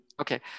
okay